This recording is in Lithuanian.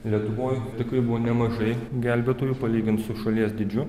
lietuvoj tikrai buvo nemažai gelbėtojų palygint su šalies dydžiu